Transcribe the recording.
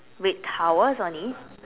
red towels on it